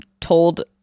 told